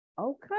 Okay